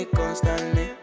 constantly